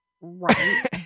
right